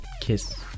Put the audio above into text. kiss